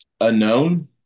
unknown